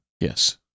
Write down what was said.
Yes